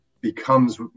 becomes